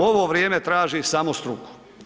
Ovo vrijeme traži samo struku.